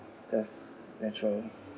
just naturally